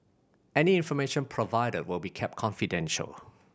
any information provided will be kept confidential